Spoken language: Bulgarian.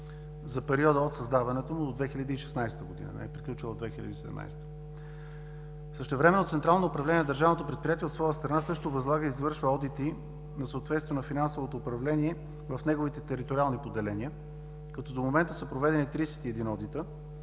за периода от създаването му до 2016 г., не е приключила 2017 г. Същевременно Централно управление на държавното предприятие от своя страна също възлага и извършва одити за съответствие на финансовото управление в неговите териториални поделения, като до момента са проведени 31 одита,